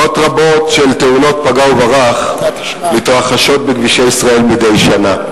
מאות רבות של תאונות פגע וברח מתרחשות בכבישי ישראל מדי שנה.